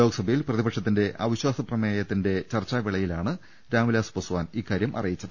ലോക്സഭയിൽ പ്രതിപ ക്ഷത്തിന്റെ അവിശ്വാസ പ്രമേയ ചർച്ചാവേളയിലാണ് രാംവിലാസ് പസ്വാൻ ഇക്കാര്യം അറിയിച്ചത്